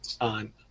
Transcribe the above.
on